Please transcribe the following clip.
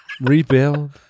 rebuild